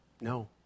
No